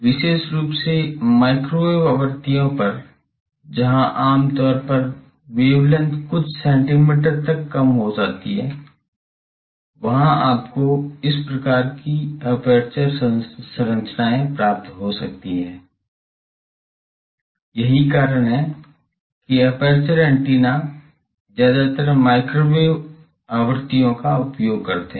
विशेष रूप से माइक्रोवेव आवृत्तियों पर जहां आम तौर पर वेवलेंथ कुछ सेंटीमीटर तक कम हो जाती है वहां आपको इस प्रकार की एपर्चर संरचनाएं हो सकती हैं यही कारण है कि एपर्चर एंटीना ज्यादातर माइक्रोवेव आवृत्तियों पर उपयोग करते हैं